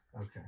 Okay